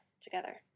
together